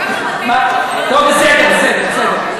טוב, בסדר, בסדר, בסדר.